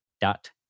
dot